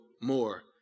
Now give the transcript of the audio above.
more